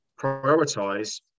prioritize